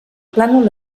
plànol